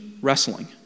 wrestling